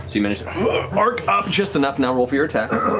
you manage to arc up just enough, now roll for your attack.